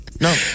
No